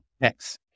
Next